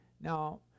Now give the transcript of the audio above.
Now